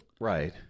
Right